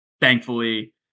thankfully